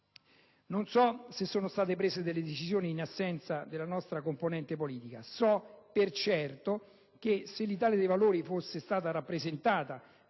Non so se sono state prese decisioni in assenza della nostra componente politica. So per certo che se l'Italia dei Valori fosse stata rappresentata